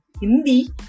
Hindi